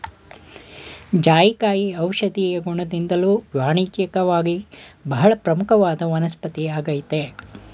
ಜಾಯಿಕಾಯಿ ಔಷಧೀಯ ಗುಣದಿಂದ್ದಲೂ ವಾಣಿಜ್ಯಿಕವಾಗಿ ಬಹಳ ಪ್ರಮುಖವಾದ ವನಸ್ಪತಿಯಾಗಯ್ತೆ